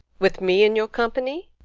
with me in your company?